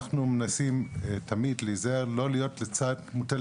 אנחנו מנסים תמיד להיזהר לא להיות מוטה